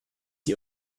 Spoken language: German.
die